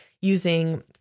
using